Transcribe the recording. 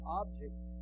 object